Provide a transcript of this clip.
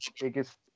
biggest